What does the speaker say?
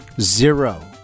Zero